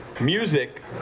Music